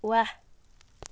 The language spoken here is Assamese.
ৱাহ